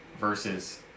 Versus